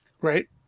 Right